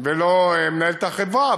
ולא מנהל את החברה,